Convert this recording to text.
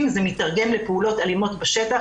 אלא זה מתרגם לפעולות אלימות בשטח.